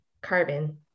carbon